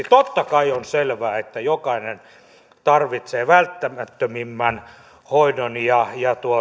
totta kai on selvää että jokainen tarvitsee välttämättömimmän hoidon ja